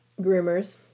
groomers